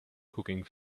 cooking